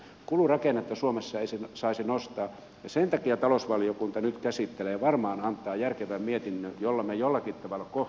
kulurakennetta suomessa ei saisi nostaa ja sen takia talousvaliokunta nyt käsittelee ja varmaan antaa järkevän mietinnön jolla me jollakin tavalla kohtuullistamme hallituksen esitystä